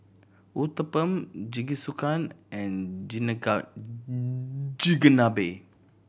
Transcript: Uthapam Jingisukan and Chigenabe